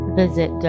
visit